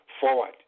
forward